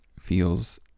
feels